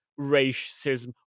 racism